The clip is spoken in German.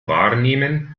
wahrnehmen